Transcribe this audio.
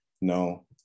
no